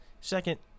Second